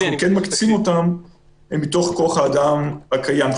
אנחנו כן מקצים אותם מתוך כוח האדם הקיים.